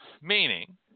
Meaning